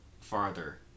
farther